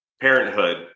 parenthood